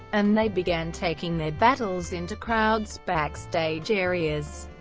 and they began taking their battles into crowds, backstage areas,